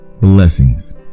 Blessings